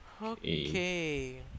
Okay